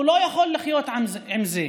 הוא לא יכול לחיות עם זה.